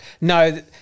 No